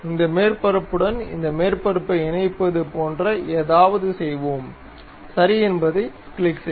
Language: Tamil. இந்த மேற்பரப்புடன் இந்த மேற்பரப்பை இணைப்பது போன்ற ஏதாவது செய்வோம் சரி என்பதைக் கிளிக் செய்க